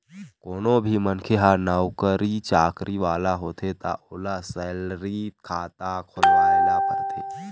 कोनो भी मनखे ह नउकरी चाकरी वाला होथे त ओला सेलरी खाता खोलवाए ल परथे